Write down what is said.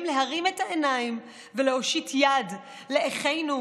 להרים את העיניים ולהושיט יד לאחינו,